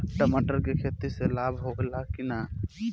मटर के खेती से लाभ होला कि न?